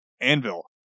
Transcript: anvil